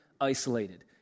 isolated